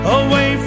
away